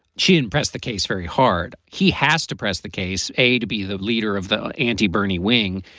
she didn't press the case very hard. he has to press the case a to be the leader of the anti bernie wing.